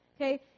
Okay